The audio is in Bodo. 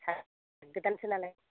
सा सारगोदानसो नालाय